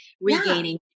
regaining